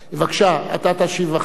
אתה תשיב אחרי זה על כל הדברים.